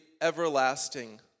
everlasting